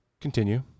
Continue